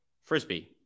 Frisbee